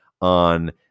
on